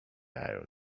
iron